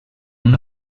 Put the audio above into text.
una